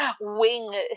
wing